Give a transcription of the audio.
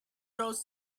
roast